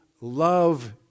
love